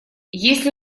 если